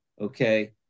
Okay